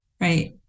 right